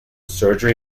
surgery